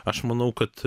aš manau kad